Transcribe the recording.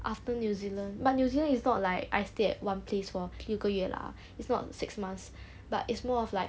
after new zealand but new zealand is not like I stay at one place for 六个月 lah it's not six months but it's more of like